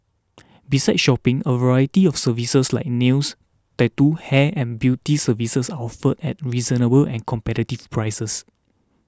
besides shopping a variety of services like nails tattoo hair and beauty services are offered at reasonable and competitive prices